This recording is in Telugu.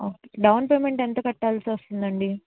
ఓకే డౌన్ పేమెంట్ ఎంత కట్టాల్సి వస్తుందండి